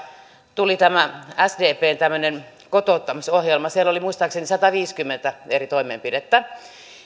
tuli sdpn tämmöinen kotouttamisohjelma siellä oli muistaakseni sataviisikymmentä eri toimenpidettä